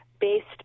based